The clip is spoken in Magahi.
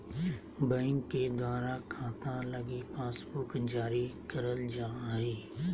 बैंक के द्वारा खाता लगी पासबुक जारी करल जा हय